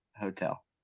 hotel